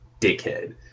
dickhead